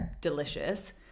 delicious